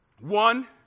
One